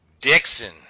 Dixon